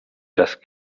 just